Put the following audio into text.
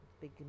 big